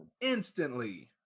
instantly